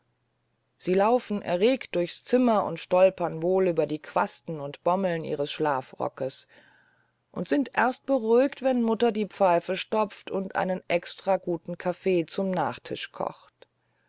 sie laufen erregt durchs zimmer und stolpern wohl über die quasten und bommeln ihres schlafrockes und sind erst beruhigt wenn mutter die pfeife stopft und einen extra guten kaffee zum nachtisch kocht